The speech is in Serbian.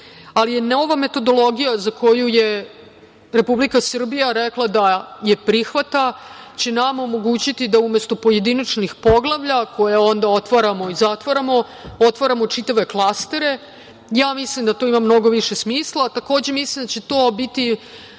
ali je nova metodologija za koju je Republika Srbija rekla da je prihvata, će nama omogućiti da umesto pojedinačnih poglavlja, koje onda otvaramo i zatvaramo, otvaramo čitave klastere. Ja mislim da to ima mnogo više smisla. Takođe, mislim da će to biti